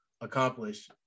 accomplish